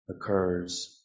occurs